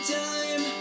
time